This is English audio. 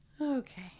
Okay